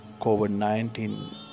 COVID-19